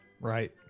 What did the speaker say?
Right